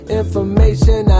information